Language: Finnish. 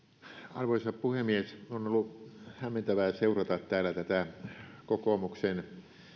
arvoisa puhemies on ollut hämmentävää seurata täällä tätä kokoomuksen